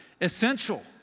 essential